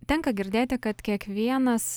tenka girdėti kad kiekvienas